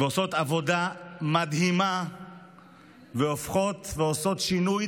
עושות עבודה מדהימה והופכות ועושות שינוי